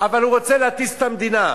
אבל הוא רוצה להטיס את המדינה.